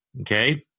Okay